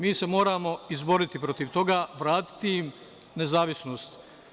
Mi se moramo izboriti protiv toga, vratiti im nezavisnost.